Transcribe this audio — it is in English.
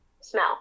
smell